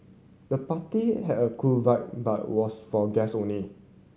the party had a cool vibe but was for guest only